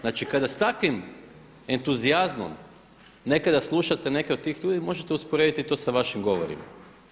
Znači, kada s takvim entuzijazmom nekada slušate neke od tih ljudi možete usporediti to sa vašim govorima.